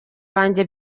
banjye